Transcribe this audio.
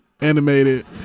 Animated